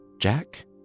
Jack